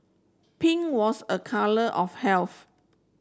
pink was a colour of health